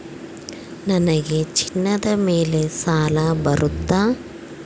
ನನಗೆ ಚಿನ್ನದ ಮೇಲೆ ಸಾಲ ಬರುತ್ತಾ?